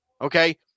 okay